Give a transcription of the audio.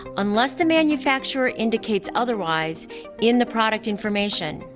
unless the manufacturer indicates otherwise in the product information.